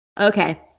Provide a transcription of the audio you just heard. Okay